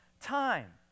time